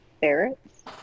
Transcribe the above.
ferrets